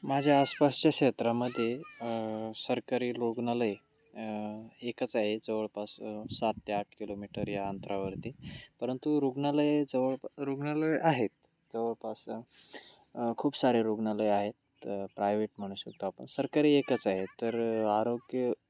माझ्या आसपासच्या क्षेत्रामध्ये सरकारी रुग्णालय एकच आहे जवळपास सात ते आठ किलोमीटर या अंतरावरती परंतु रुग्णालय जवळ रुग्णालय आहेत जवळपास खूप सारे रुग्णालय आहेत प्रायव्हेट म्हणू शकतो आपण सरकारी एकच आहे तर आरोग्य